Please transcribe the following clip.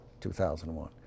2001